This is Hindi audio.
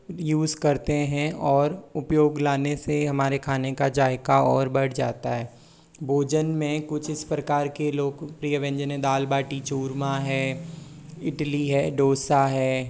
यूस करते हैं और उपयोग लाने से हमारे खाने का जायका और बढ़ जाता है भोजन में कुछ इस प्रकार के लोकप्रिय व्यंजन है दाल बाटी चूरमा है इटली है डोसा है